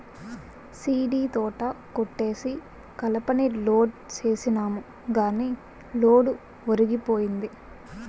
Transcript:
సీడీతోట కొట్టేసి కలపని లోడ్ సేసినాము గాని లోడు ఒరిగిపోయింది